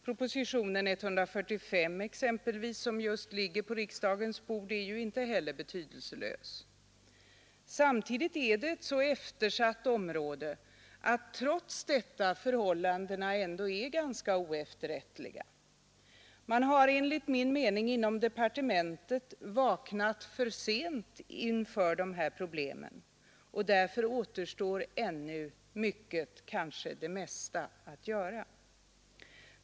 Propositionen 145, som just nu ligger på riksdagens bord, är inte heller betydelselös. Samtidigt är detta med skatteflykt ett så eftersatt område att trots detta förhållandena ändå är ganska oefterrättliga. Enligt min mening har man inom departementet vaknat för sent inför dessa problem, och därför återstår ännu mycket, kanske det mesta, att göra.